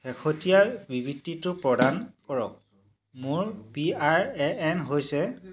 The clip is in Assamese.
শেহতীয়া বিবৃতিটো প্ৰদান কৰক মোৰ পি আৰ এ এন হৈছে